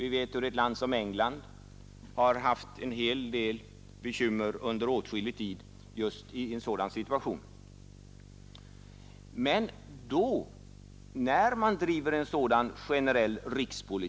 Vi vet hur ett land som England har haft en hel del bekymmer under åtskillig tid just på grund av en sådan situation.